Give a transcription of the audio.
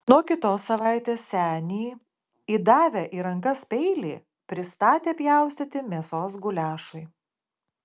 nuo kitos savaitės senį įdavę į rankas peilį pristatė pjaustyti mėsos guliašui